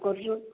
କରୁଛୁ